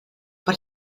per